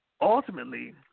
ultimately